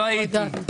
לא הייתי.